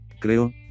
Creo